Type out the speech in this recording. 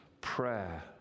prayer